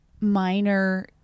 minor